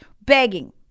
begging